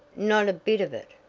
not a bit of it,